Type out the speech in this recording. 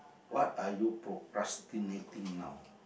what are you procrastinating now